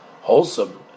wholesome